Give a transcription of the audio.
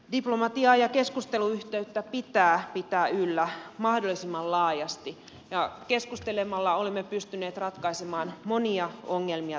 diplomatiaa ja keskusteluyhteyttä pitää pitää yllä mahdollisimman laajasti ja keskustelemalla olemme pystyneet ratkaisemaan monia ongelmia tätäkin ennen